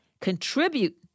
contribute